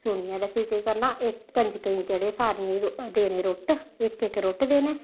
सुनियै ते भी केह् करना इक कंजकै गी जेह्ड़े सारियें गी देने रुट्ट इक इक रुट्ट देने